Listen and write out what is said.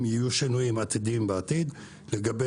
אם יהיו שינויים עתידיים בעתיד לגבי